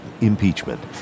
impeachment